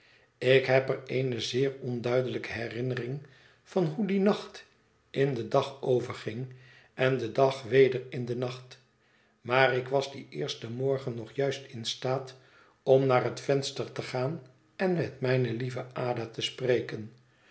ik heb er eene zeer onduidelijke herinnering van hoe die nacht in den dag overging en de dag weder in den nacht maar ik was dien eersten morgen nog juist in staat om naar het venster te gaan en met mijne lieve ada te spreken